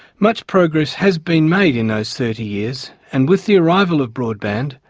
much progress has been made in those thirty years and with the arrival of broadband,